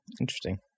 Interesting